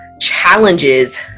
challenges